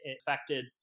affected